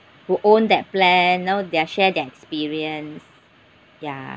who own that plan you know they're share their experience yeah